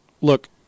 look